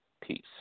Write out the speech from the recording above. Peace